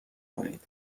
کنید